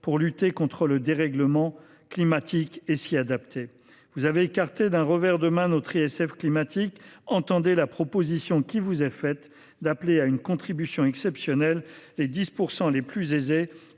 pour lutter contre le dérèglement climatique et s’y adapter. Vous avez écarté d’un revers de main notre ISF (impôt de solidarité sur la fortune) climatique. Entendez la proposition qui vous est faite d’appeler à une contribution exceptionnelle les 10 % les plus aisés,